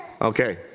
Okay